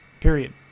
period